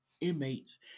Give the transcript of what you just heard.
inmates